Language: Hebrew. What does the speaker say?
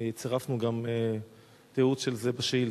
וצירפנו גם תיעוד של זה בשאילתא.